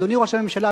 אדוני ראש הממשלה,